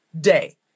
day